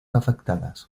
afectadas